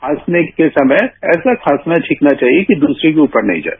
खांसने के समय ऐसाखांसना छाँकना चाहिये कि दूसरे के उपर नहीं जाये